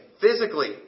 physically